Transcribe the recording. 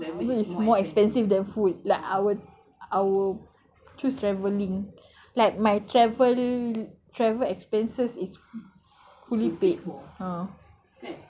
travel is more expensive than food like I would I would choose travelling like my travel travel expenses is fully paid ha